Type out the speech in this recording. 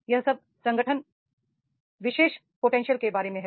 यह सब संगठन विशेष पोटेंशियल के बारे में है